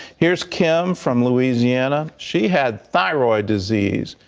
here is kim from louisiana. she had thyroid disease.